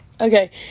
okay